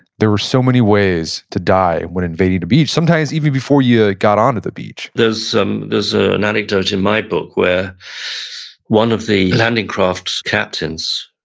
there were so many ways to die when invading the beach, sometimes even before you got on to the beach there's um there's ah an anecdote in my book where one of the landing crafts' captains,